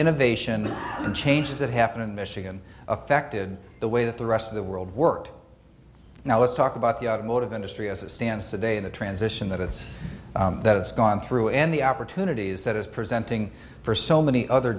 innovation and changes that happen in michigan affected the way that the rest of the world worked now let's talk about the automotive industry as it stands today in the transition that it's that it's gone through and the opportunities that is presenting for so many other